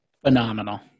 Phenomenal